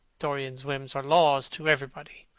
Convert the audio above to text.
dorian's whims are laws to everybody,